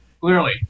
clearly